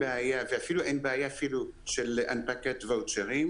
תעופה פשטו רגל או בעיות של חדלות פירעון,